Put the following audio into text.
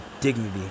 dignity